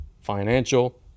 Financial